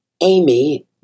Amy